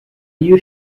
you